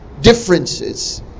differences